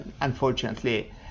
unfortunately